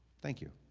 thank you.